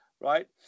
Right